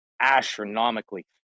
astronomically